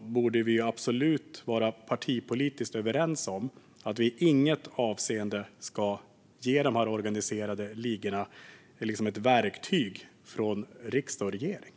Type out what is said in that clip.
borde vi absolut vara partipolitiskt överens om att vi i inget avseende ska ge de organiserade ligorna ett verktyg från riksdag och regering.